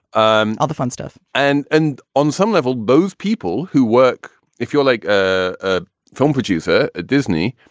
um the fun stuff. and and on some level, both people who work. if you're like a film producer at disney.